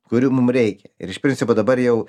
kurių mum reikia ir iš principo dabar jau